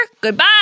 Goodbye